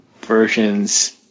versions